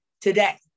today